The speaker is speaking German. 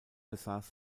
besaß